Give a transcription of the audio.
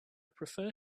prefer